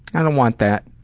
i don't want that